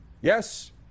Yes